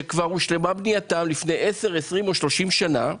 שכבר הושלמה בנייתם לפני 10, 20 או 30 שנה,